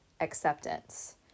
acceptance